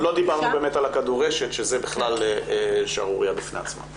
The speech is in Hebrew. לא דיברנו באמת על הכדורשת שזה בכלל שערורייה בפני עצמה.